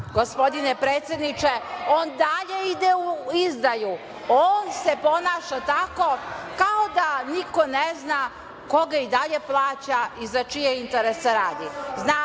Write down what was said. gospodine predsedniče, on dalje ide u izdaju. On se ponaša tako kao da niko ne zna ko ga i dalje plaća i za čije interese